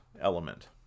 element